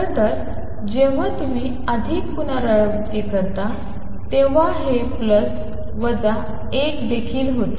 खरं तर जेव्हा तुम्ही अधिक पुनरावृत्ती करता तेव्हा हे प्लस वजा 1 देखील होते